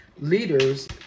leaders